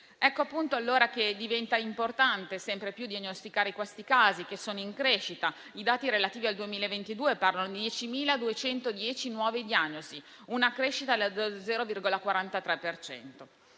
Ecco perché diventa importante sempre più diagnosticare questi casi, che sono in crescita. I dati relativi al 2022 parlano di 10.210 nuove diagnosi, con una prevalenza della